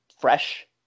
fresh